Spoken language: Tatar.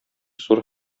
зур